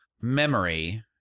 Memory